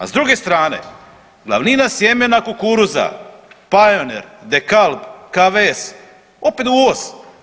A s druge strane glavnina sjemena kukuruza Pionir, Dekal, Kavez opet uvoz.